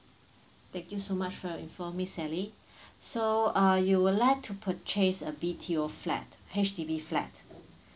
thank you so much for your info miss sally so uh you would like to purchase a B_T_O flat H_D_B flat